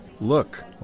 look